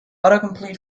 autocomplete